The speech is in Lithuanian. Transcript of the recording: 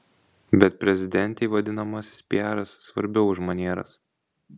bet prezidentei vadinamasis piaras svarbiau už manieras